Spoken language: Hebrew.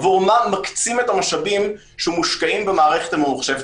עבור מה מקצים את המשאבים שמושקעים במערכת הממחשבת